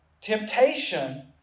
Temptation